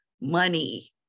money